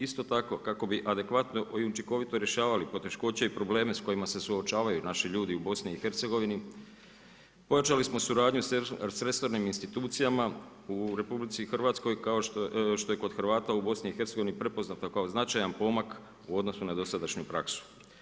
Isto tako kako bi adekvatno i u učinkovito rješavali poteškoće i probleme s kojima se suočavaju naši ljudi u BIH, ojačali smo suradnju … institucijama u RH, kao što je kod Hrvata u BIH prepoznata kao značajan pomak u odnosu na dosadašnju praksu.